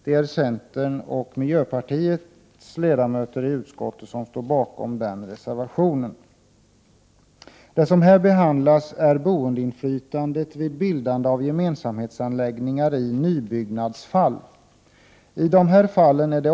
Det är centerns och miljöpartiets ledamöter i utskottet som står bakom denna reservation. Här behandlas boendeinflytandet vid bildande av gemensamhetsanläggningar i nybyggnadsfall.